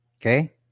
okay